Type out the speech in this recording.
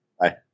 Bye